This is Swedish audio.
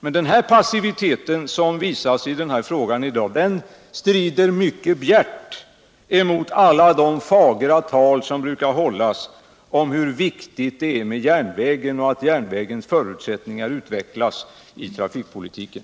Men den passivitet som visas i denna fråga i dag strider bjärt mot det fagra tal som brukar höras om hur viktigt det är med järnvägen och att järnvägens förutsättningar utvecklas i trafikpolitiken.